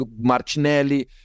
martinelli